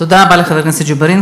תודה רבה לחבר הכנסת ג'בארין.